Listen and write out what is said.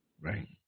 Right